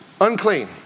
Unclean